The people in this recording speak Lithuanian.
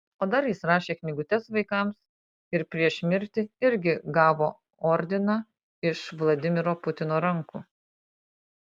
o dar jis rašė knygutes vaikams ir prieš mirtį irgi gavo ordiną iš vladimiro putino rankų